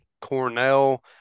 Cornell